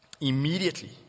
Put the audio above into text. Immediately